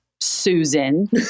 Susan